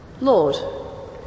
Lord